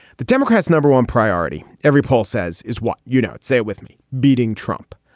the democrats number one priority. every poll says, is what you know say with me beating trump.